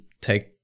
take